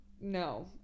no